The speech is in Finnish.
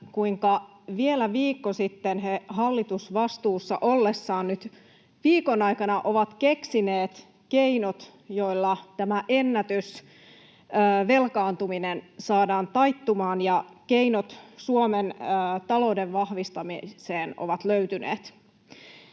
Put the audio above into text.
Vielä viikko sitten he olivat hallitusvastuussa, mutta nyt viikon aikana he ovat keksineet keinot, joilla tämä ennätysvelkaantuminen saadaan taittumaan, ja keinot Suomen talouden vahvistamiseen ovat löytyneet.